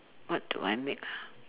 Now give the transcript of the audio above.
what do I make ha